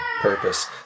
purpose